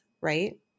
right